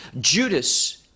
Judas